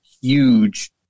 huge